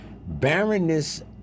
Barrenness